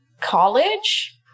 college